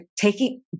taking